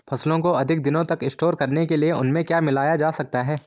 फसलों को अधिक दिनों तक स्टोर करने के लिए उनमें क्या मिलाया जा सकता है?